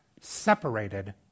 separated